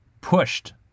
pushed